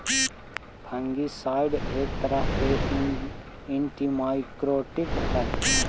fungicide एक तरह के एंटिमाइकोटिक हई